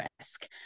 risk